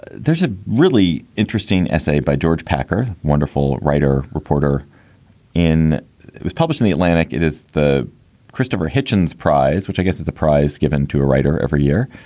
there's a really interesting essay by george packer, wonderful writer, reporter in it was published in the atlantic. it is the christopher hitchens prize, which i guess is a prize given to a writer every year.